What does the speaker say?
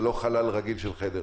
זה לא חלל רגיל של חדר.